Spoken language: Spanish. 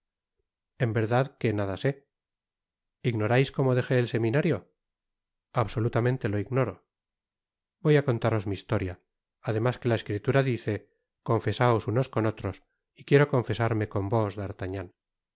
en verdad que nada sé ignoráis como dejé el seminario absolutamente lo ignoro voy á contaros mi historia además que la escritura dice confesaos unos con otros y quiero confesarme coa vos